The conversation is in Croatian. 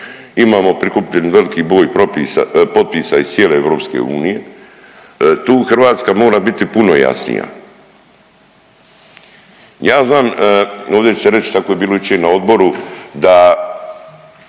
imam prikupljeni veliki broj potpisa iz cijele EU, tu Hrvatska mora biti puno jasnija. Ja znam ovdje će se reć tako je bilo jučer na odboru da